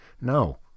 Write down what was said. No